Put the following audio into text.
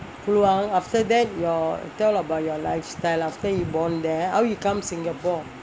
kluang after that your tell about your lifestyle after you born there how you come singapore